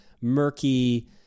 murky